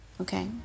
Okay